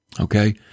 Okay